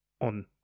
on